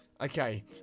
Okay